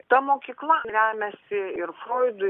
ta mokykla remiasi ir froidu